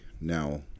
Now